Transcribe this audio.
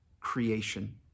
creation